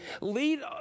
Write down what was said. Lead